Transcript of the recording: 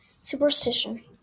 superstition